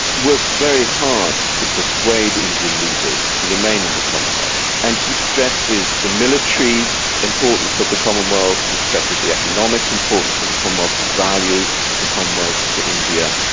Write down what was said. works very hard to persuade indian leaders to remain in the commonwealth. and he stresses the military importance of the commonwealth he stresses the economic importance of the commonwealth and value of the commonwealth to india.